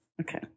Okay